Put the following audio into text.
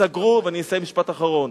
ואני אסיים במשפט אחרון: